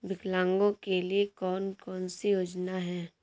विकलांगों के लिए कौन कौनसी योजना है?